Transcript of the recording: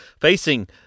Facing